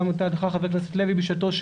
גם באותה שיחה עם חבר הכנסת לוי בשעתו,